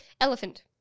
elephant